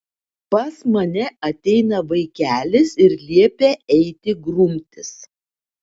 pas mane ateina vaikelis ir liepia eiti grumtis